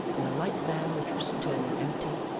in a light van which was returning empty,